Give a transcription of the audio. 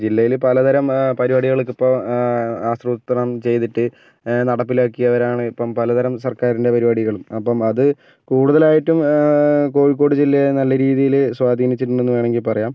ജില്ലയില് പലതരം പരിപാടികൾക്കിപ്പം ആസൂത്രണം ചെയ്തിട്ട് നടപ്പിലാക്കിയവരാണ് ഇപ്പം പലതരം സർക്കാരിൻ്റെ പരിപാടികളും അപ്പം അത് കൂടുതലായിട്ടും കോഴിക്കോട് ജില്ലയില് നല്ല രീതിയില് സ്വാധീനിച്ചിട്ടുണ്ട് എന്ന് വേണമെങ്കിൽ പറയാം